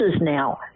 now